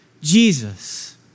Jesus